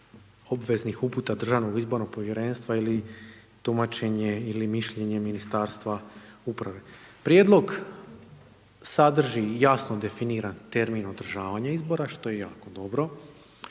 obveznih uputa Državnog izbornog povjerenstva ili tumačenje ili mišljenje Ministarstva uprave. Prijedlog sadrži i jasno definira termin održavanja izbora što je jako dobro,